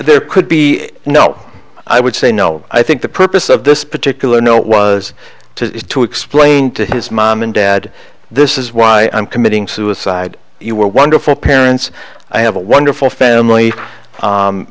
there could be no i would say no i think the purpose of this particular no was to is to explain to his mom and dad this is why i'm committing suicide you were wonderful parents i have a wonderful family